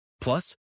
Plus